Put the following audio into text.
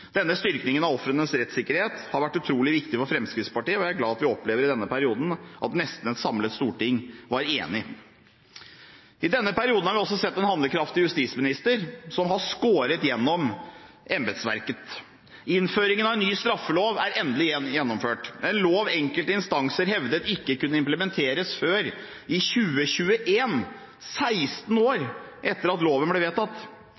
Denne styrkingen av ofrenes rettssikkerhet har vært utrolig viktig for Fremskrittspartiet, og jeg er glad for at vi i denne perioden opplevde at nesten et samlet storting var enig. I denne perioden har vi også sett en handlekraftig justisminister som har skåret igjennom embetsverket. Innføringen av en ny straffelov er endelig gjennomført, en lov enkelte instanser hevdet ikke kunne implementeres før i 2021 – 16 år etter at loven ble vedtatt.